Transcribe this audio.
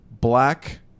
black